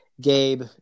Gabe